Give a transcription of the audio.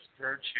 virtue